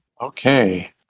Okay